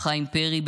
חיים פרי,